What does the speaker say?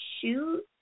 shoes